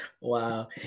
Wow